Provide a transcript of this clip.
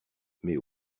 mais